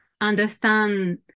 understand